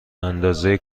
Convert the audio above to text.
اندازه